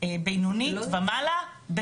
בינונית ומעלה,